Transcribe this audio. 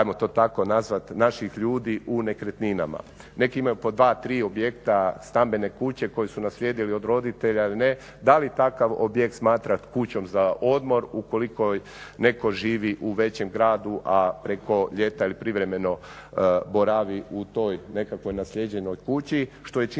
ajmo to tako nazvati, naših ljudi u nekretninama. Neki imaju po dva, tri objekta stambene kuće koje su naslijedili od roditelja ili ne. Da li takav objekt smatrat kućom za odmor ukoliko netko živi u većem gradu, a preko ljeta privremeno boravi u toj nekakvoj naslijeđenoj kući, što je činjenica